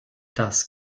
das